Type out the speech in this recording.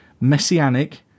messianic